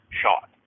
shot